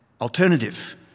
alternative